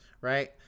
right